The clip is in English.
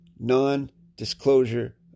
Non-disclosure